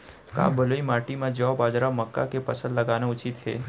का बलुई माटी म जौ, बाजरा, मक्का के फसल लगाना उचित हे?